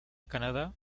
canadá